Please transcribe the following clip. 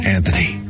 Anthony